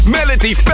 Melody